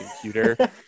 computer